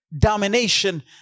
domination